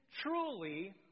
truly